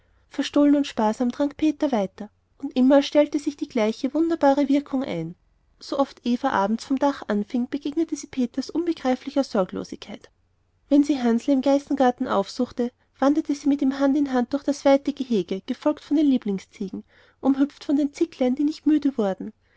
verstohlen und sparsam trank peter weiter und immer stellte sich die gleiche wunderbare wirkung ein sooft eva abends vom dach anfing begegnete sie peters unbegreiflicher sorglosigkeit wenn sie hansl im geißengarten aufsuchte wanderte sie mit ihm hand in hand durch das weite gehege gefolgt von den lieblingsziegen umhüpft von den zicklein die nicht müde wurden